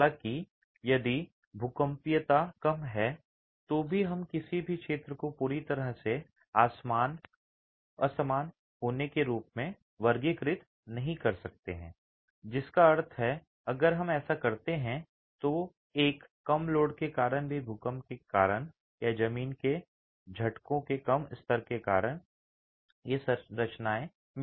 हालाँकि यदि भूकंपीयता कम है तो भी हम किसी भी क्षेत्र को पूरी तरह से असमान होने के रूप में वर्गीकृत नहीं कर सकते हैं जिसका अर्थ है अगर हम ऐसा करते हैं तो एक कम लोड के कारण भी भूकंप के कारण या जमीन के झटकों के कम स्तर के कारण ये संरचनाएं मिल सकती हैं